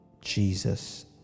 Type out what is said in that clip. Jesus